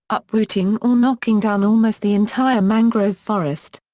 uprooting or knocking down almost the entire mangrove forest.